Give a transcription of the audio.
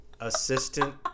Assistant